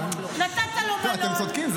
נתת לו מלון --- אתם צודקים,